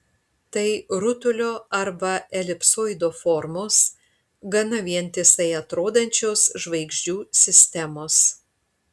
tai rutulio arba elipsoido formos gana vientisai atrodančios žvaigždžių sistemos